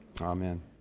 Amen